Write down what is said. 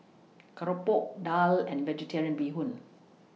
Keropok Daal and Vegetarian Bee Hoon